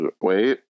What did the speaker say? wait